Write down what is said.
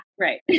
right